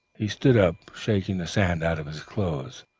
he stood up, shaking the sand out of his clothes.